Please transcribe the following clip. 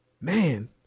man